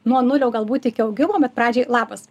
nuo nulio galbūt iki augimo bet pradžioj labas